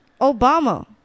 Obama